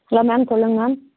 hello ma'am சொல்லுங்க ma'am